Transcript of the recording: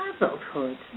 adulthood